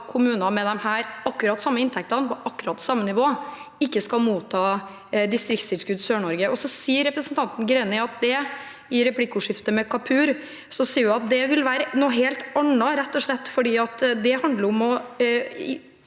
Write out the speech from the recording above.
kommuner med akkurat de samme inntektene, på akkurat samme nivå, ikke skal motta distriktstilskudd Sør-Norge. Så sier representanten Greni i replikkordskiftet med Kapur at det vil være noe helt annet, rett og slett fordi det handler om å